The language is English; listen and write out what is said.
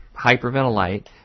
hyperventilate